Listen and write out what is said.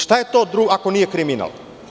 Šta je to ako nije kriminal?